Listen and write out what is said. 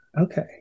Okay